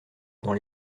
dans